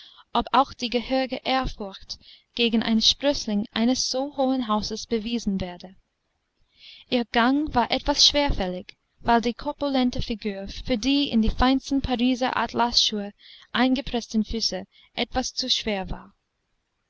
ob auch die gehörige ehrfurcht gegen einen sprößling eines so hohen hauses bewiesen werde ihr gang war etwas schwerfällig weil die korpulente figur für die in die feinsten pariser atlasschuhe eingepreßten füße etwas zu schwer war